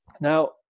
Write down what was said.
Now